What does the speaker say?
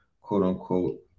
quote-unquote